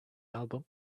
album